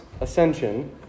ascension